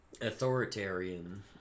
authoritarian